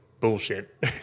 bullshit